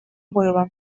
было